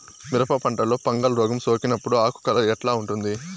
మిరప పంటలో ఫంగల్ రోగం సోకినప్పుడు ఆకు కలర్ ఎట్లా ఉంటుంది?